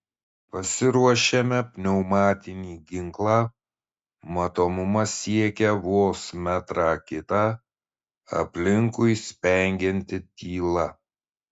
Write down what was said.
pasiruošiame pneumatinį ginklą matomumas siekia vos metrą kitą aplinkui spengianti tyla